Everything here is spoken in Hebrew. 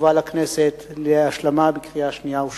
יובא לכנסת להשלמה בקריאה שנייה ושלישית.